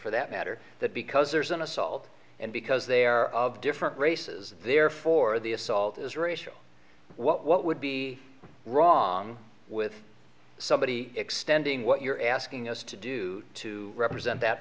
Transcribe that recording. for that matter that because there's an assault and because they're of different races therefore the assault is racial what would be wrong with somebody extending what you're asking us to do to represent that